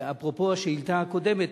אפרופו השאילתא הקודמת,